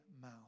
mouth